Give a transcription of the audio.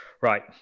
right